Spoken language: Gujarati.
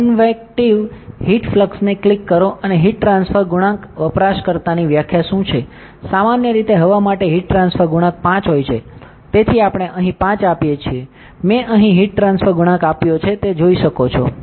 તેથી કન્વેક્ટીવ હીટ ફ્લક્સને ક્લિક કરો અને હીટ ટ્રાન્સફર ગુણાંક વપરાશકર્તાની વ્યાખ્યા શું છે સામાન્ય રીતે હવા માટે હીટ ટ્રાન્સફર ગુણાંક 5 હોય છે તેથી આપણે અહીં 5 આપીએ છીએ મેં અહીં હીટ ટ્રાન્સફર ગુણાંક આપ્યો છે તમે જોઈ શકો છો